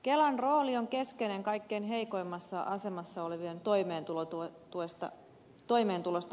kelan rooli on keskeinen kaikkein heikoimmassa asemassa olevien toimeentulosta huolehtimisessa